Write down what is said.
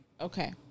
Okay